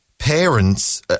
Parents